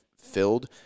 filled